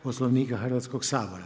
Poslovnika Hrvatskog sabora.